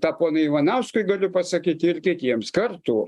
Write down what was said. tą ponui ivanauskui galiu pasakyt ir kitiems kartu